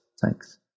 Thanks